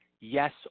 yes